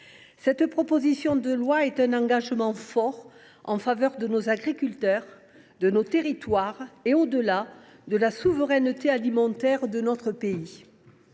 Cette proposition de loi emporte un engagement fort en faveur de nos agriculteurs, de nos territoires et, au delà, de la souveraineté alimentaire de notre pays.